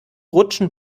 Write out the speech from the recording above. rutschen